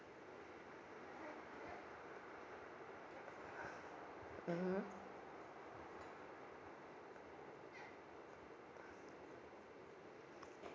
mmhmm